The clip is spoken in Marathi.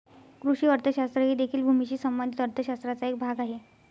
कृषी अर्थशास्त्र हे देखील भूमीशी संबंधित अर्थ शास्त्राचा एक भाग आहे